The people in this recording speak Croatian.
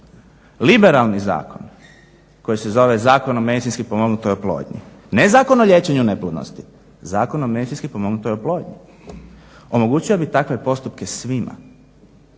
Liberalni zakon koji se zove Zakon o medicinski pomognutoj oplodnji, ne zakon o liječenju neplodnosti, Zakon o medicinski pomognutoj oplodnji omogućio bi takve postupke svima,